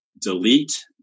delete